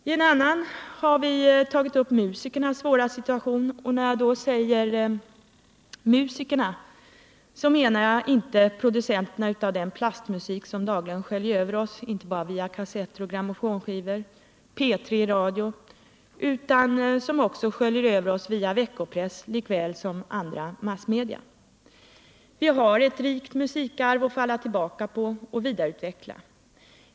Ien annan motion har vi tagit upp musikernas svåra situation. När jag säger musikerna menar jag inte producenterna av den plastmusik som dagligen sköljer över oss inte bara via kassetter, grammofonskivor och P3 i radio utan som också sköljer över oss via veckopress likaväl som andra massmedia. Vi har ett rikt musikarv att falla tillbaka på och vidareutveckla.